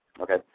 okay